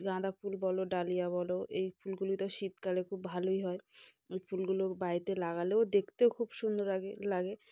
গাঁদা ফুল বলো ডালিয়া বলো এই ফুলগুলি তো শীতকালে খুব ভালোই হয় ফুলগুলো বাড়িতে লাগালেও দেখতেও খুব সুন্দর লাগে